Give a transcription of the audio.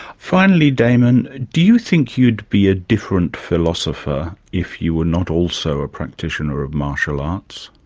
finally, damon, do you think you'd be a different philosopher if you were not also a practitioner of martial arts?